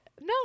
No